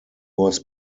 was